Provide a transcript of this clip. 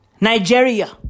Nigeria